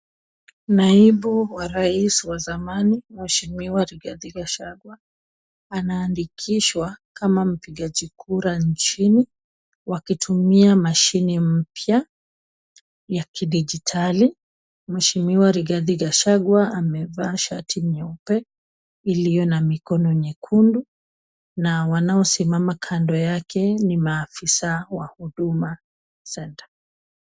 Naibu wa rais wa zamani, mheshimiwa Rigathi Gachagua, anaandikishwa kama mpigaji kura nchini wakitumia mashine mpya ya kidijitali. Mheshimiwa Rigathi Gachagua amevaa shati nyeupe iliyo na mikono nyekundu, na wanaosimama kando yake ni maafisa wa Huduma Center.